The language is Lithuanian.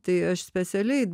tai aš specialiai